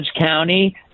County